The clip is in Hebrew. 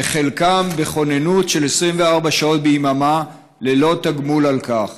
וחלקם בכוננות של 24 שעות ביממה ללא תגמול על כך.